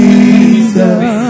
Jesus